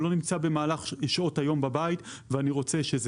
לא נמצא במהלך שעות היום בבית ואני רוצה...